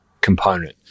component